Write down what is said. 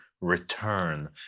return